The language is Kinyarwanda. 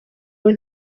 wowe